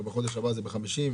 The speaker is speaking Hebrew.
ובחודש הבא זה ב-50%?